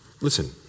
Listen